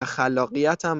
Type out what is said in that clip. خلاقیتم